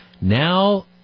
now